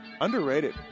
Underrated